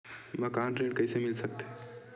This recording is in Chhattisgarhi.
मकान ऋण कइसे मिल सकथे?